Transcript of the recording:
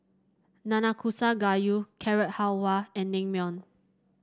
Nanakusa Gayu Carrot Halwa and Naengmyeon